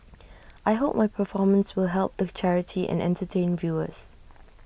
I hope my performance will help the charity and entertain viewers